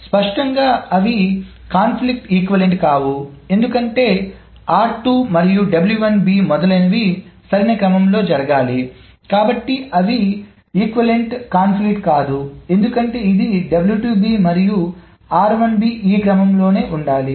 స్పష్టంగా అవి సంఘర్షణ సమానమైనవి కావు ఎందుకంటే మరియు మొదలైనవి సరైన క్రమంలో జరగాలి కాబట్టి అవి సమానమైన సంఘర్షణ కాదు ఎందుకంటే ఇది మరియు ఈ క్రమంలో ఉండాలి